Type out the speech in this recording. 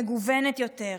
מגוונת יותר.